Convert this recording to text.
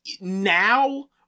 now